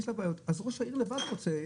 יש לה בעיות אז ראש העיר לבד רוצה,